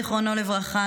זיכרונו לברכה,